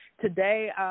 Today